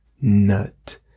nut